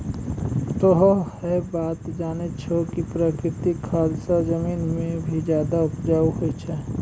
तोह है बात जानै छौ कि प्राकृतिक खाद स जमीन भी ज्यादा उपजाऊ होय छै